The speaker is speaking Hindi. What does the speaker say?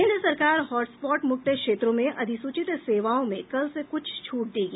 केन्द्र सरकार हॉटस्पाट मुक्त क्षेत्रों में अधिसूचित सेवाओं में कल से कुछ छूट देगी